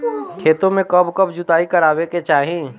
खेतो में कब कब जुताई करावे के चाहि?